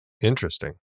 Interesting